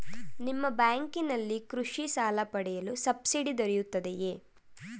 ನಿಮ್ಮ ಬ್ಯಾಂಕಿನಲ್ಲಿ ಕೃಷಿ ಸಾಲ ಪಡೆಯಲು ಸಬ್ಸಿಡಿ ದೊರೆಯುತ್ತದೆಯೇ?